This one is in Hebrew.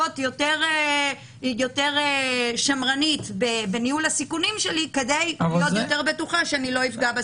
יותר שמרנית בניהול הסיכונים שלי כדי להיות בטוחה יותר שלא אפגע בסביבה.